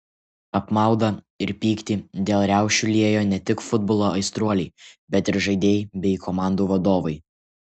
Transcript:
apmaudą ir pyktį dėl riaušių liejo ne tik futbolo aistruoliai bet ir žaidėjai bei komandų vadovai